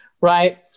right